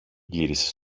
γύρισε